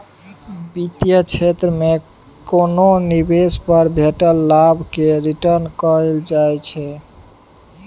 बित्तीय क्षेत्र मे कोनो निबेश पर भेटल लाभ केँ रिटर्न कहल जाइ छै